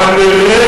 הבעיה היא לא מבצעית,